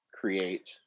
create